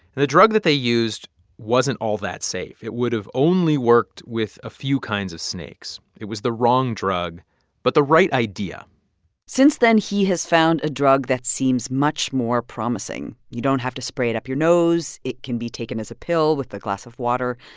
the drug that they used wasn't all that safe. it would have only worked with a few kinds of snakes. it was the wrong drug but the right idea since then, he has found a drug that seems much more promising. you don't have to spray it up your nose. it can be taken as a pill with a glass of water.